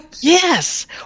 Yes